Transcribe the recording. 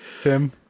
tim